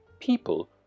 people